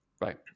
Right